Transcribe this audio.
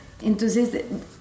Entonces